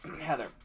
Heather